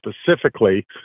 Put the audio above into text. specifically